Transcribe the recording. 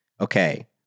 Okay